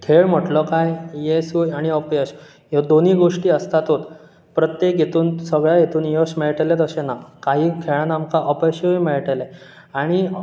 खेळ म्हटलो कांय यशूय आनी अपयश ह्ये दोनूय गोश्टी आसतातूच प्रत्येक हेतून सगळ्या हेतून यश मेळटलेंच अशें ना कायी खेळान आमकां अपयशूय मेळटलें आनी